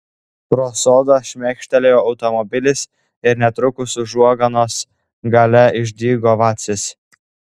pro sodą šmėkštelėjo automobilis ir netrukus užuoganos gale išdygo vacys